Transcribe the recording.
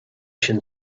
sin